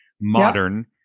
modern